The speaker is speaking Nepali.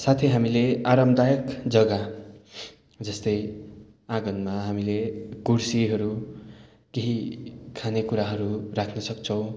साथै हामीले आरामदायक जगा जस्तै आँगनमा हामीले कुर्सीहरू केही खाने कुराहरू राख्न सक्छौँ